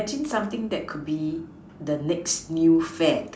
actually something that could be the next new fad